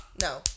No